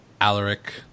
Alaric